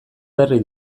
berri